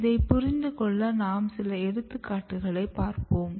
இதை புரிந்துகொள்ள நாம் சில எடுத்துக்காட்டுகளை பாப்போம்